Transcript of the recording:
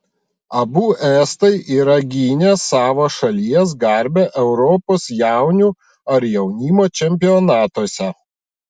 abu estai yra gynę savo šalies garbę europos jaunių ar jaunimo čempionatuose